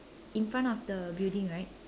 in front of the building right